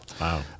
Wow